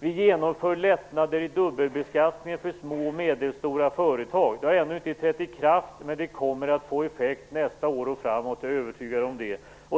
Regeringen genomför lättnader i dubbelbeskattningen för små och medelstora företag. Detta har ännu inte trätt i kraft, men jag är övertygad om att det kommer att få effekt under nästa år och framåt i tiden.